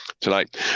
tonight